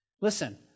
Listen